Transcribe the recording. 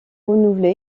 renouvelé